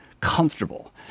comfortable